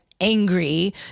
angry